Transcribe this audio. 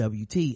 wt